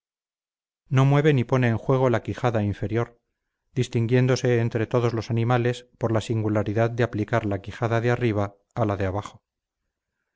no mueve ni pone en juego la quijada inferior distinguiéndose entre todos los animales por la singularidad de aplicar la quijada de arriba a la de abajo